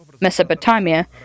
Mesopotamia